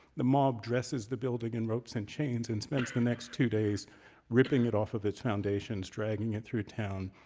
the mob dresses the building in ropes and chains and spends the next two days ripping it off of its foundations, dragging it through town,